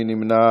מי נמנע?